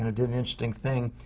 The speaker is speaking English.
and did an interesting thing,